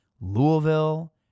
Louisville